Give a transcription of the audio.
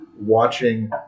watching